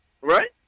right